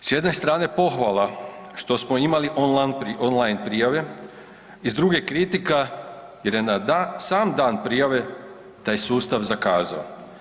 S jedne strane pohvala što smo imali online prijave i s druge, kritika jer je na sam dan prijave taj sustav zakazao.